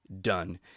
done